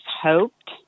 hoped